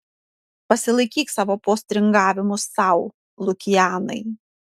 pasilaikyk savo postringavimus sau lukianai